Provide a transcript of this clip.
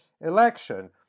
election